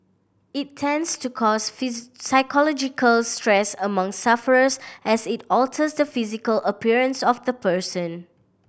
it tends to cause psychological stress among sufferers as it alters the physical appearance of the person